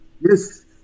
yes